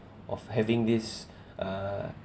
of having this uh